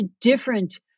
different